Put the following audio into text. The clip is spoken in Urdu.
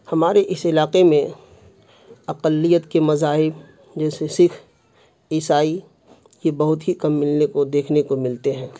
ہمارے اس علاقے میں اقلیت کے مذاہب جیسے سکھ عیسائی یہ بہت ہی کم ملنے کو دیکھنے کو ملتے ہیں